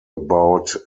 about